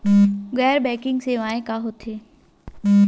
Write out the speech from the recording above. गैर बैंकिंग सेवाएं का होथे?